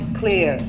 clear